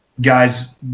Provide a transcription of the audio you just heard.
guys